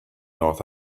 north